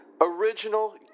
original